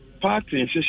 Party